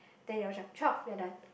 then twelve we are done